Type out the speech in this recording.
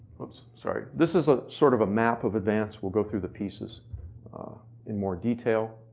whoops, sorry. this is a, sort of a map of advance. we'll go through the pieces in more detail.